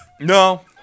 No